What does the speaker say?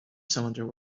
cylinder